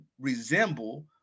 resemble